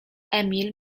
emil